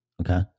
Okay